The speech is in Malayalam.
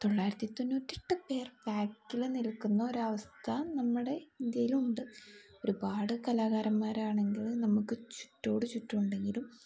തൊള്ളായിരത്തി തൊണ്ണൂറ്റെട്ടുപേർ ബാക്കിൽ നിൽക്കുന്ന ഒരവസ്ഥ നമ്മുടെ ഇന്ത്യയിലുണ്ട് ഒരുപാട് കലാകാരന്മാരാണെങ്കിൽ നമുക്ക് ചുറ്റോടുചുറ്റും ഉണ്ടെങ്കിലും